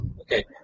Okay